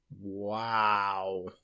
Wow